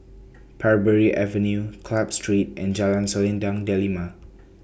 Parbury Avenue Club Street and Jalan Selendang Delima